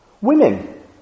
Women